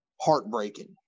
heartbreaking